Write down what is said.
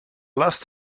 last